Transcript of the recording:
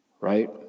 Right